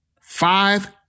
five